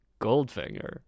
Goldfinger